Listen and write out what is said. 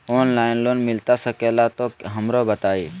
Online loan मिलता सके ला तो हमरो बताई?